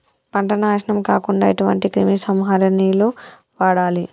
పంట నాశనం కాకుండా ఎటువంటి క్రిమి సంహారిణిలు వాడాలి?